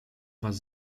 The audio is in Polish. was